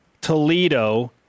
Toledo